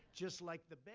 just like the.